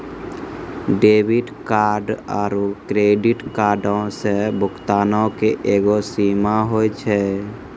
debit card आरू credit कार्डो से भुगतानो के एगो सीमा होय छै